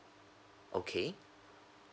okay